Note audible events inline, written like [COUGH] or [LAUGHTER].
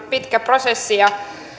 [UNINTELLIGIBLE] pitkä prosessi ja